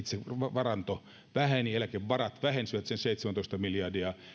varanto väheni eläkevarat vähenivät sen seitsemäntoista miljardia